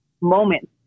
moment